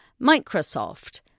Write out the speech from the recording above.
Microsoft